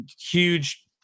huge